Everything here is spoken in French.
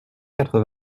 quatre